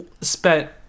spent